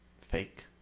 fake